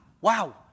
wow